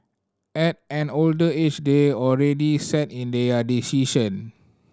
at an older age they're already set in their decision